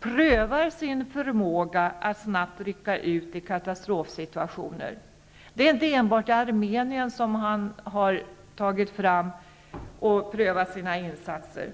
prövar sin förmåga att snabbt rycka ut vid katastrofsituationer. Det är inte enbart i Armenien som man har prövat sin förmåga och gjort insatser.